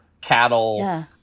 cattle